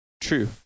True